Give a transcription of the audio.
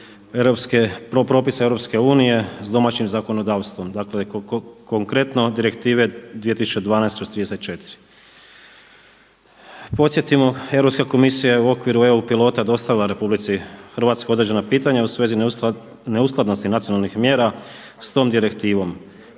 propisa Europske unije sa domaćim zakonodavstvom. Dakle konkretno direktive 2012/34. Podsjetimo, Europska komisija je u okviru EU pilota dostavila RH određena pitanja u svezi neusklađenosti nacionalnih mjera s tom direktivom.